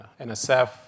NSF